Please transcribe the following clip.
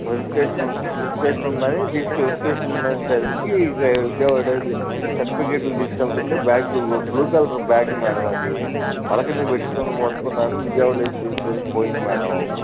verification ఉంటే verification ఉందని తీసుకు వెరిఫికేషన్ ఉందని తెలిసి ఇక విజయవాడకి సర్టిఫికెట్లు తీసుకెళుతుంటే bag blue colour bag madam అది తల క్రిందన పెట్టుకొని పడుకున్నాను విజయవాడ లేచి చూసేసరికి పోయింది మేడం